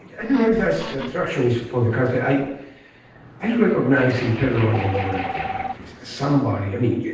yeah i don't know if that's the direction for the cast. kind of i i recognize him. pedro almodovar, every other artist, somebody i mean, yeah